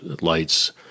lights